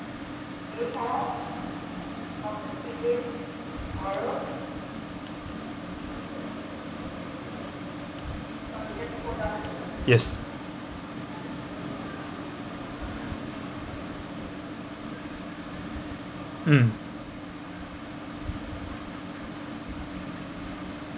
yes mm